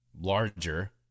larger